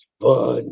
fun